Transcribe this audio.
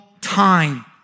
time